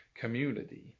community